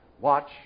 Watch